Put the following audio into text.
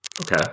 Okay